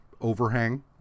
overhang